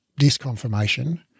disconfirmation